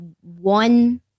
one